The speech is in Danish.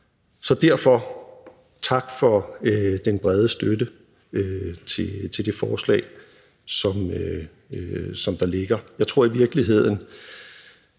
Så derfor tak for den brede støtte til det forslag, som der ligger her. Jeg tror i virkeligheden,